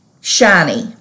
shiny